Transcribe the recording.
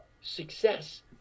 success